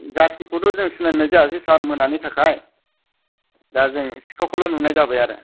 जाथिखौथ' जों सिनायनाय जायासै सार जों मोनानि थाखाय दा जों सिखावखौल' नुनाय जाबाय आरो